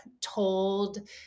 told